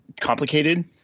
complicated